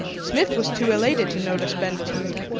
smith was too elated to notice benda's mood.